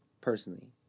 personally